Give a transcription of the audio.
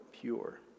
pure